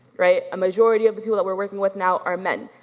right. a majority of the people that we're working with now are men,